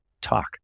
talk